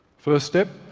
first step,